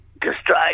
destroy